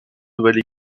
nouvelle